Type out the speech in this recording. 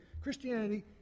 Christianity